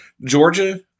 Georgia